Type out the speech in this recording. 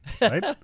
right